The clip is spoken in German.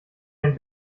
ein